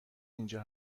اینجا